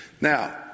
Now